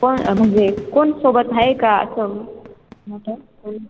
कोण म्हणजे कोण सोबत आहे का असं मोठं कोण